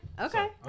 Okay